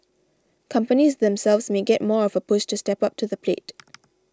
companies themselves may get more of a push to step up to the plate